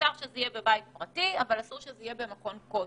מותר שזה יהיה בבית פרטי אבל אסור שזה יהיה במכון כושר,